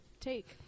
take